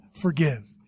forgive